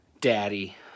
daddy